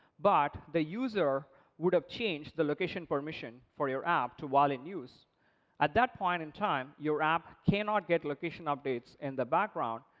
but the user would have changed the location permission for your app to while-in-use. at that point in time, your app cannot get location updates in the background,